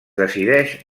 decideix